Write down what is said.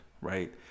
Right